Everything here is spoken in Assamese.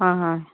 হয় হয়